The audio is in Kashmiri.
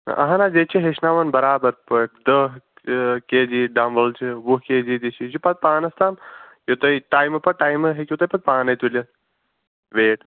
اَہَن حظ ییٚتہِ چھِ ہیٚچھناوان بَرابر پٲٹھۍ دَہ کے جی ڈمبل چھِ وُہ کے جی چھِ یہِ چھُ پتہٕ پانس تام یہِ تُہۍ ٹایمہٕ پتہٕ ٹایمہٕ ہٮ۪کِو تُہۍ پتہٕ پانے تُلِتھ ویٹ